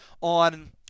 on